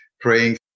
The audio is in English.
praying